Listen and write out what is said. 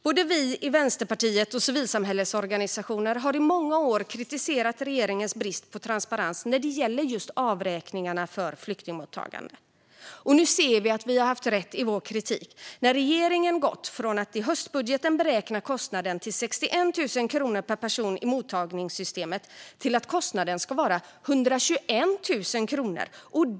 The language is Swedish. Både vi i Vänsterpartiet och civilsamhällesorganisationer har i många år kritiserat regeringens brist på transparens när det gäller just avräkningarna för flyktingmottagande. Och nu ser att vi har haft rätt i vår kritik: Regeringen har gått från att i höstbudgeten beräkna kostnaden till 61 000 kronor per person i mottagningssystemet till 121 000 kronor.